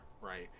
right